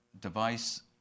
device